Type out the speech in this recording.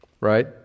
Right